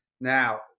Now